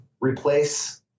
replace